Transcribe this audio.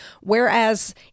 Whereas